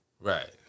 right